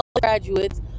graduates